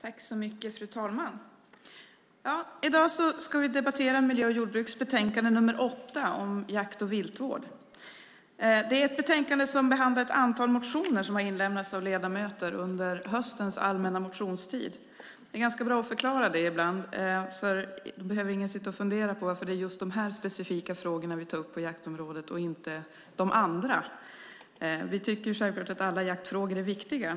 Fru talman! I dag ska vi debattera miljö och jordbruksutskottets betänkande 8 om jakt och viltvård. Det är ett betänkande som behandlar ett antal motioner som har inlämnats av ledamöter under höstens allmänna motionstid. Det är ganska bra att förklara det ibland eftersom ingen då behöver sitta och fundera på varför det är just dessa specifika frågor som vi tar upp på jaktområdet och inte de andra. Vi tycker självklart att alla jaktfrågor är viktiga.